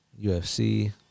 UFC